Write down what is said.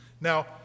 Now